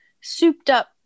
souped-up